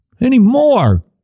anymore